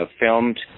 filmed